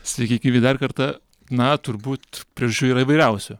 sveiki gyvi dar kartą na turbūt priežasčių yra įvairiausių